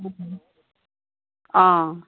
অঁ